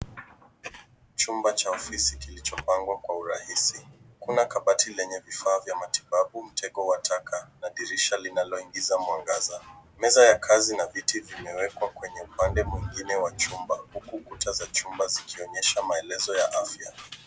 Chumba cha ofisi kilichopangwa kwa urahisi. Kuna kabati lenye vifaa vya matibabu, mtego wa taka na dirisha linaloingiza mwangaza. Meza ya kazi na viti vimewekwa kwenye upande mwingine wa chumba huku kuta za chumba zikionyesha maelezo ya afya.